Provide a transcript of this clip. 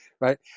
right